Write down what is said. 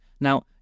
Now